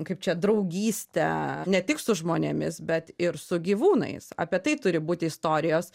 kaip čia draugystę ne tik su žmonėmis bet ir su gyvūnais apie tai turi būti istorijos